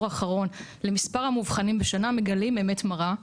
האחרון למספר המאובחנים בשנה מגלים אמת מרה,